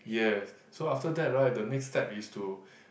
yes so after that right the next step is to